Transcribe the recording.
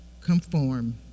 conform